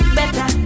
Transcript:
better